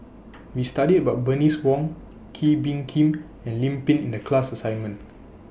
We studied about Bernice Wong Kee Bee Khim and Lim Pin in The class assignment